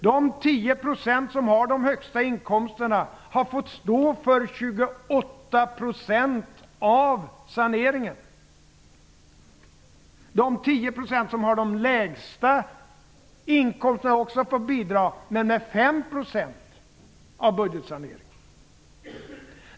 De 10 % som har de högsta inkomsterna har fått stå för 28 % av saneringen. De 10 % som har de lägsta inkomsterna har också fått bidra, men med 5 % av budgetsaneringen.